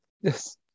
Yes